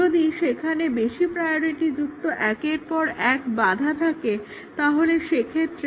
যদি সেখানে বেশি প্রায়োরিটিযুক্ত একের পর এক বাঁধা থাকে তাহলে সেক্ষেত্রে ডেডলাইন মিস হয়ে যায়